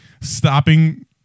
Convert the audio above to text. stopping